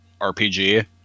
RPG